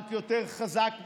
הבנק יותר חזק ממנו.